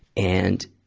and,